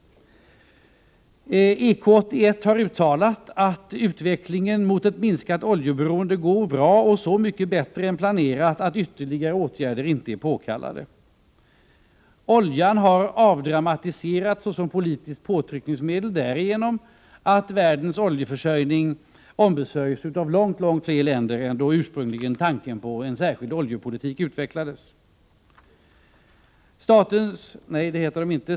EK 81 har uttalat att utvecklingen mot ett minskat oljeberoende går bra och så mycket bättre än planerat att ytterligare åtgärder inte är påkallade. Oljan har avdramatiserats såsom politiskt påtryckningsmedel därigenom att världens oljeförsörjning ombesörjs av långt fler länder än som var fallet då tanken på en särskild oljepolitik ursprungligen utvecklades.